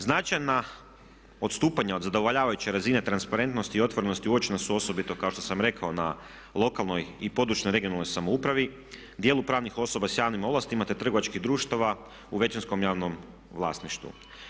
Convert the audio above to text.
Značajna odstupanja od zadovoljavajuće razine transparentnosti i otvorenosti uočena su osobito kao što sam rekao na lokalnoj i područnoj, regionalnoj samoupravi, dijelu pravnih osoba sa javnim ovlastima, te trgovačkih društava u većinskom javnom vlasništvu.